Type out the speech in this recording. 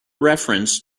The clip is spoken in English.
reference